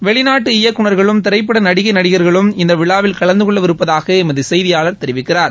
வெளிநாட்டு இயக்குநா்களும் திரைப்பட நடிகை நடிகா்களும் இந்த விழாவில் கலந்து கொள்ளவிருப்பதாக எமது செய்தியாளர் தெரிவிக்கிறார்